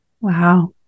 Wow